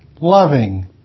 loving